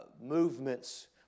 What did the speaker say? movements